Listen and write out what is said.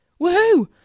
woohoo